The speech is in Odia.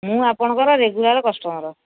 ମୁଁ ଆପଣଙ୍କର ରେଗୁଲାର କଷ୍ଟମର